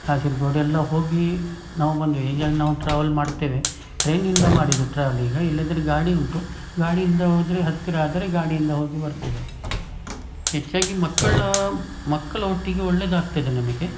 ಕಾಸರ್ಗೋಡು ಎಲ್ಲ ಹೋಗಿ ನಾವು ಬಂದ್ವಿ ಹೀಗೆ ನಾವು ಟ್ರಾವಲ್ ಮಾಡ್ತೇವೆ ಟ್ರೇನ್ನಿಂದ ಮಾಡಿದ್ದು ಟ್ರಾವಲ್ ಈಗ ಇಲ್ಲದ್ರೆ ಗಾಡಿ ಉಂಟು ಗಾಡಿಯಿಂದ ಹೋದರೆ ಹತ್ತಿರ ಆದರೆ ಗಾಡಿಯಿಂದ ಹೋಗಿ ಬರ್ತೇವೆ ಹೆಚ್ಚಾಗಿ ಮಕ್ಕಳ ಮಕ್ಕಳ ಒಟ್ಟಿಗೆ ಒಳ್ಳೆದಾಗ್ತದೆ ನಮಗೆ